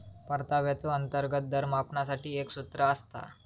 परताव्याचो अंतर्गत दर मापनासाठी एक सूत्र असता